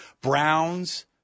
Browns